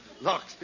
look